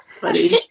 Funny